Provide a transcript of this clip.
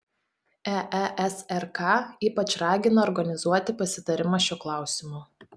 eesrk ypač ragina organizuoti pasitarimą šiuo klausimu